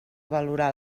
valorar